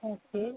okay